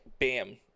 BAM